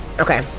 okay